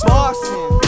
Boston